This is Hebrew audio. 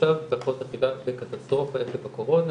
עכשיו בהפרעות אכילה בקטסטרופה עקב הקורונה,